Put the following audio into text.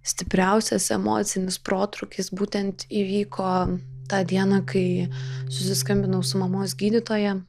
stipriausias emocinis protrūkis būtent įvyko tą dieną kai susiskambinau su mamos gydytoja